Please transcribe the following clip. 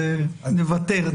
נוותר.